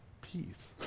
peace